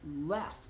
left